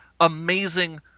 amazing